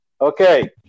Okay